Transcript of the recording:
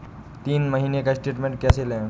तीन महीने का स्टेटमेंट कैसे लें?